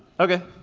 okay,